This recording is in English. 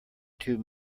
two